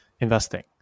investing